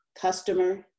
customer